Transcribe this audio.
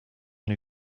who